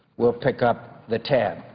will pick up the tab.